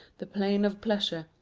the plain of pleasure,